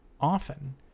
often